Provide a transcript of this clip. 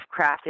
crafted